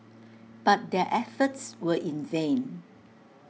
but their efforts were in vain